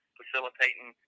facilitating